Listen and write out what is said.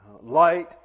Light